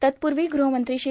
तत्पूर्वी गुहमंत्री श्री